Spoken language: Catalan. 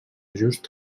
just